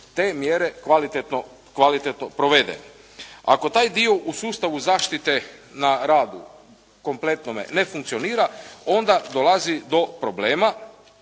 te mjere kvalitetno provede. Ako taj dio u sustavu zaštite na radu kompletnome ne funkcionira onda dolazi do problema,